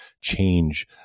change